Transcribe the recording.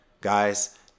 guys